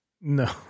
No